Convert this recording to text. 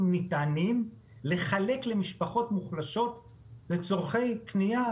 נטענים לחלק למשפחות מוחלשות לצרכי קנייה,